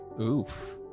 oof